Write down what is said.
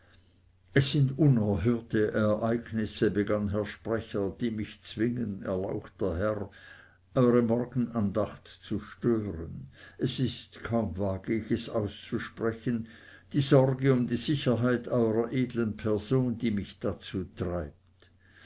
es sind unerhörte ereignisse begann herr sprecher die mich zwingen erlauchter herr eure morgenandacht zu stören es ist kaum wage ich es auszusprechen die sorge um die sicherheit eurer edlen person die mich dazu treibt